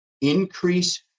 increase